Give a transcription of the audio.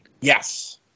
Yes